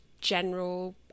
general